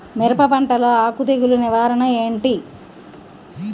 మిరప పంటలో ఆకు తెగులు నివారణ ఏంటి?